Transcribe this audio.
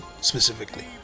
specifically